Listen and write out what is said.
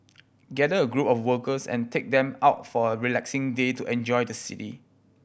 gather a group of workers and take them out for a relaxing day to enjoy the city